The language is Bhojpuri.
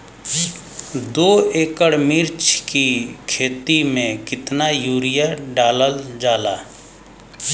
दो एकड़ मिर्च की खेती में कितना यूरिया डालल जाला?